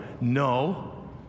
No